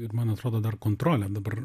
ir man atrodo dar kontrolė dabar